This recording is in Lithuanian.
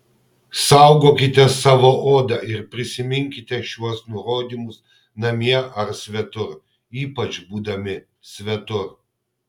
saugokite savo odą ir prisiminkite šiuos nurodymus namie ar svetur ypač būdami svetur